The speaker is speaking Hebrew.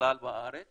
בכלל בארץ